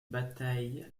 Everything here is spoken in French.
bataille